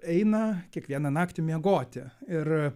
eina kiekvieną naktį miegoti ir